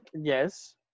Yes